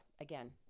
again